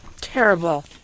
Terrible